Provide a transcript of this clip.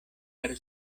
per